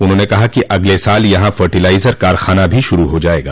उन्होंने कहा कि अगल साल यहाँ फर्टीलाइजर कारखाना भी शुरू हो जायेगा